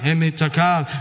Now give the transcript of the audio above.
Emitakal